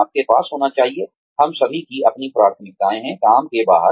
आपके पास होना चाहिए हम सभी की अपनी प्राथमिकताएं हैं काम के बाहर